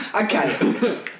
Okay